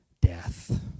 Death